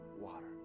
water